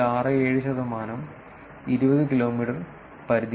67 ശതമാനം 20 കിലോമീറ്റർ പരിധിയിലാണ്